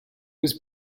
was